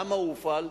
למה הוא הופעל,